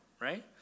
right